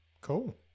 cool